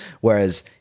whereas